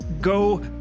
go